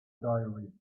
diary